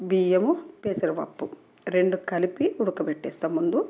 బియ్యం పెసరపప్పు రెండు కలిపి ఉడక పెట్టేస్తా ముందు